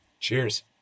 Cheers